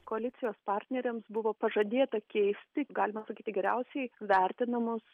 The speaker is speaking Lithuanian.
koalicijos partneriams buvo pažadėta keisti galima sakyti geriausiai vertinamus